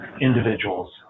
individuals